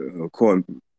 according